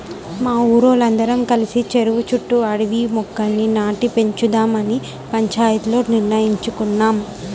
మా ఊరోల్లందరం కలిసి చెరువు చుట్టూ అడవి మొక్కల్ని నాటి పెంచుదావని పంచాయతీలో తీర్మానించేసుకున్నాం